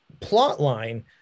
plotline